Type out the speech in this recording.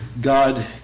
God